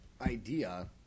idea